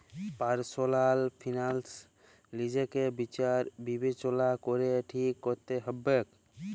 personal finance লিজকে বিচার বিবচলা ক্যরে ঠিক ক্যরতে হুব্যে